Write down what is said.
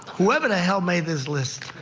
whoever the hell made this list,